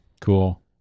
Cool